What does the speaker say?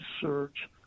search